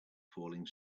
falling